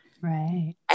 Right